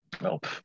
Nope